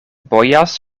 bojas